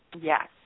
Yes